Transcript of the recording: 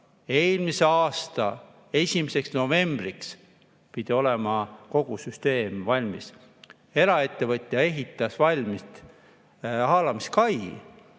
Eelmise aasta 1. novembriks pidi olema kogu süsteem valmis. Eraettevõtja ehitas valmis haalamiskai,